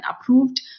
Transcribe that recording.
approved